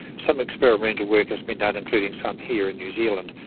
some experimental work has been done, including some here in new zealand,